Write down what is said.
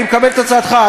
אני מקבל את הצעתך,